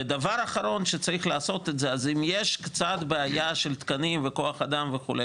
ודבר אחרון שצריך לעשות אם יש בעיה של תקנים וכוח אדם וכדומה,